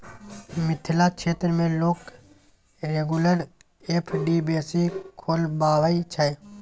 मिथिला क्षेत्र मे लोक रेगुलर एफ.डी बेसी खोलबाबै छै